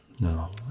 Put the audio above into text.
No